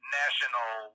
national